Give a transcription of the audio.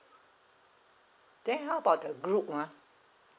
then how about the group ah